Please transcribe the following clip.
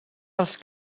als